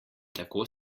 tako